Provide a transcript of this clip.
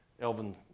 Elvin